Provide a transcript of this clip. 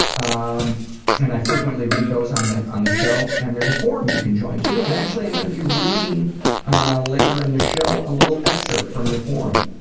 um and i frequently read those on the on the show. and there's forum you can join too and actually i'm going to be reading later in the show a little excerpt from the forum,